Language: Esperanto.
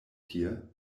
tie